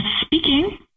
speaking